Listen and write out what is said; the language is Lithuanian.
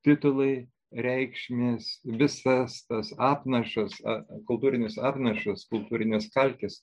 titulai reikšmės visas tas apnašas a kultūrinis apnašas kultūrinės kalkės